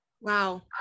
Wow